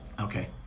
Okay